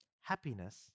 Happiness